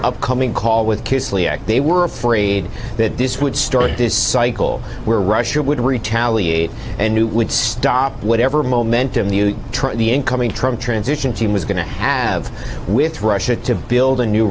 upcoming call with they were afraid that this would start this cycle where russia would retaliate and who would stop whatever momentum the the incoming transition team was going to have with russia to build a new